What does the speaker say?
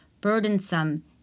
burdensome